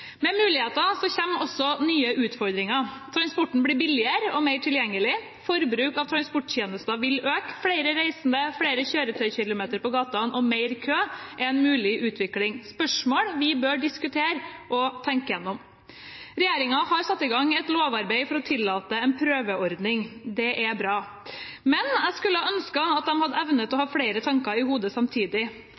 Med muligheter kommer også nye utfordringer. Transport blir billigere og mer tilgjengelig, og forbruk av transporttjenester vil øke. Flere reisende, flere kjøretøykilometer på gatene og mer kø er en mulig utvikling. Det er spørsmål vi bør diskutere og tenke igjennom. Regjeringen har satt i gang et lovarbeid for å tillate en prøveordning, og det er bra. Men jeg skulle ønske de evnet å ha flere tanker i hodet samtidig.